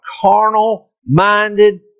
carnal-minded